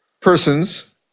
persons